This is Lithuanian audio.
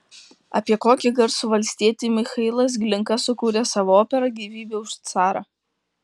apie kokį garsų valstietį michailas glinka sukūrė savo operą gyvybė už carą